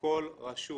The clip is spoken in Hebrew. בכל רשות.